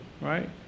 right